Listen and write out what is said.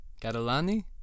Catalani